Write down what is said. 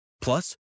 Plus